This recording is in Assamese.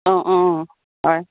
অঁ অঁ হয়